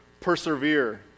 persevere